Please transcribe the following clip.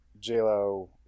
J-Lo